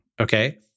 Okay